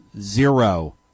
zero